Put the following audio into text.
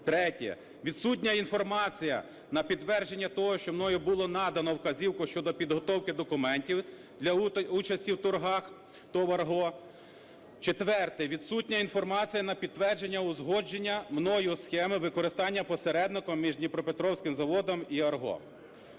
третє – відсутня інформація на підтвердження того, що мною було надано вказівку щодо підготовки документів для участі в торгах ТОВ "Арго"; четверте – відсутня інформація на підтвердження узгодження мною схеми використання посередником між Дніпропетровським заводом і